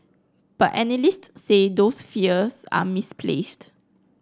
but analyst say those fears are misplaced